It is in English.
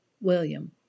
William